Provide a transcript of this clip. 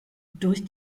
durch